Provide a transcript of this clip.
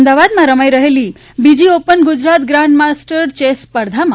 અમદાવાદમાં રમાઈ રહેલી બીજી open Gujarat grand masters chess સ્પર્ધામાં